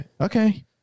Okay